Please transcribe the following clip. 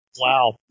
Wow